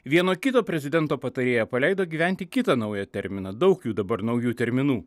vieno kito prezidento patarėja paleido gyventi kitą naują terminą daug jų dabar naujų terminų